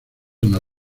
una